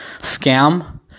scam